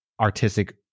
artistic